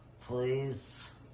Please